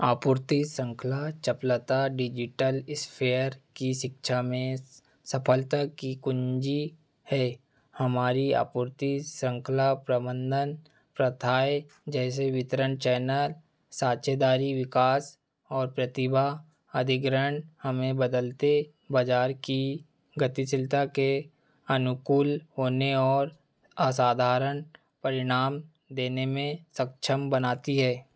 आपूर्ति श्रृंखला चपलता डिजिटल स्फेयर की शिक्षा में सफलता की कुंजी है हमारी आपूर्ति श्रृंखला प्रबंधन प्रथाएं जैसे वितरण चैनल साझेदारी विकास और प्रतिभा अधिग्रहण हमें बदलते बाज़ार की गतिशीलता के अनुकूल होने और असाधारण परिणाम देने में सक्षम बनाती हैं